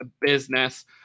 business